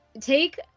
take